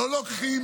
לא לוקחים